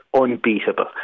unbeatable